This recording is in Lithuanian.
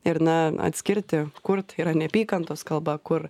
ir na atskirti kur yra neapykantos kalba kur